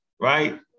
right